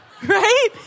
Right